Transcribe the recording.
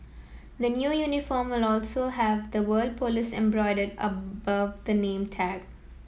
the new uniform will also have the word police embroidered above the name tag